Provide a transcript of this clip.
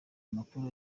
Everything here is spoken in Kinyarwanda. amakuru